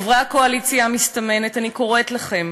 חברי הקואליציה המסתמנת, אני קוראת לכם